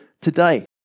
today